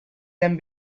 them